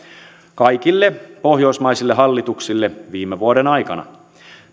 kaikille pohjoismaisille hallituksille viime vuoden aikana